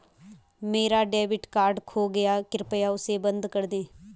मेरा debit card खो गया है, कृपया उसे बंद कर दें